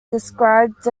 described